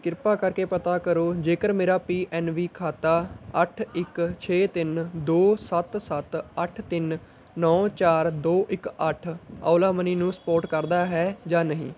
ਕਿਰਪਾ ਕਰਕੇ ਪਤਾ ਕਰੋ ਜੇਕਰ ਮੇਰਾ ਪੀ ਐੱਨ ਬੀ ਖਾਤਾ ਅੱਠ ਇੱਕ ਛੇ ਤਿੰਨ ਦੋ ਸੱਤ ਸੱਤ ਅੱਠ ਤਿੰਨ ਨੌ ਚਾਰ ਦੋ ਇੱਕ ਅੱਠ ਓਲਾ ਮਨੀ ਨੂੰ ਸਪੋਰਟ ਕਰਦਾ ਹੈ ਜਾਂ ਨਹੀਂ